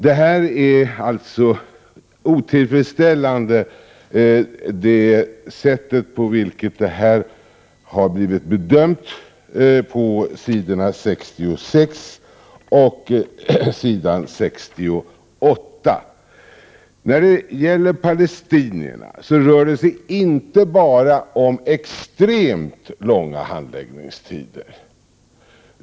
Det sätt på vilket detta har blivit bedömt på s. 66 och s. 68 är således otillfredsställande. När det gäller palestinierna rör det sig inte bara om extremt långa handläggningstider.